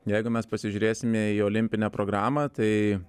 jeigu mes pasižiūrėsime į olimpinę programą tai